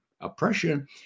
oppression